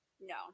No